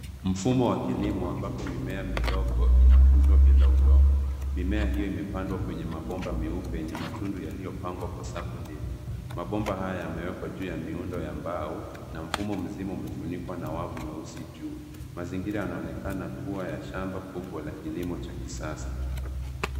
Mfumo wa kilimo ambapo mimea midogo inakuzwa bila udongo. Mimea hiyo imepandwa kwenye mabomba meupe yenye matundu yaliyopangwa kwa safu ndefu. Mabomba haya yamewekwa juu ya miundo ya mbao na mfumo mzima umefunikwa na wavu mweusi juu. Mazingira yanaonekana kuwa ya shamba kubwa la kilimo cha kisasa.